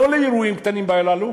לא לאירועים הקטנים הללו,